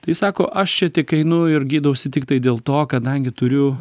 tai sako aš čia tik einu ir gydausi tiktai dėl to kadangi turiu